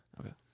Okay